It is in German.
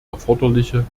erforderliche